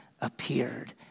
appeared